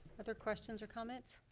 other questions or comments?